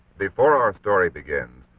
before our story begins,